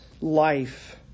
life